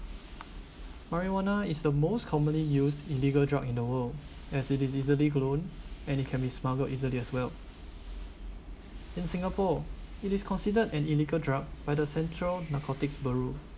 marijuana is the most commonly used illegal drugs in the world as it is easily grown and it can be smuggled easily as well in singapore it is considered an illegal drug by the central narcotics bureau